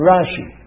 Rashi